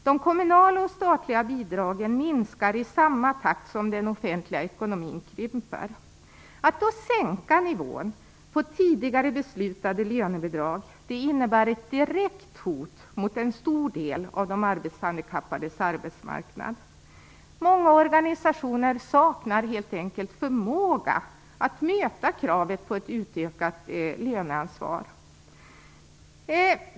De kommunala och statliga bidragen minskar i samma takt som den offentliga ekonomin krymper. Att då sänka nivån på tidigare beslutade lönebidrag innebär ett direkt hot mot en stor del av de arbetshandikappades arbetsmarknad. Många organisationer saknar helt enkelt förmåga att möta kravet på ett utökat löneansvar.